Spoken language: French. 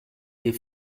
des